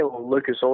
lucas